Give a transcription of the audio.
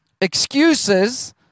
excuses